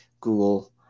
Google